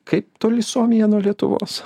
kaip toli suomija nuo lietuvos